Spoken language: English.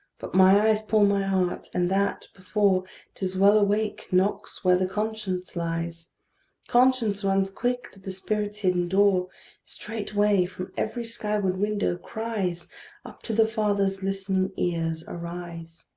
but my eyes pull my heart, and that, before tis well awake, knocks where the conscience lies conscience runs quick to the spirit's hidden door straightway, from every sky-ward window, cries up to the father's listening ears arise.